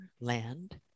land